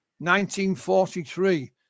1943